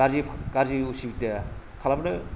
गारजि गारजि उसुबिदा खालामनो